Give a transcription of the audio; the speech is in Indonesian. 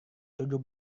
tujuh